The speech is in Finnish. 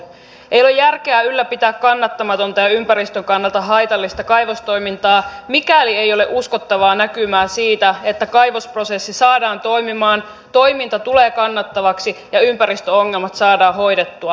ei ole järkeä ylläpitää kannattamatonta ja ympäristön kannalta haitallista kaivostoimintaa mikäli ei ole uskottavaa näkymää siitä että kaivosprosessi saadaan toimimaan toiminta tulee kannattavaksi ja ympäristöongelmat saadaan hoidettua